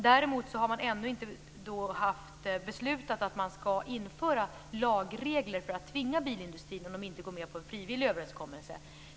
Däremot har ännu inget beslut fattats om att införa lagregler för att tvinga bilindustrin, om man inte går med på en frivillig överenskommelse.